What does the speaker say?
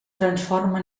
transforma